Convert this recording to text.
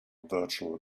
virtual